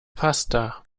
pasta